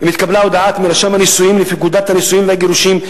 אם התקבלה הודעה מרשם הנישואים לפי פקודת הנישואים והגירושים,